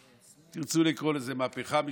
אם תרצו, נקרא לזה מהפכה משפטית,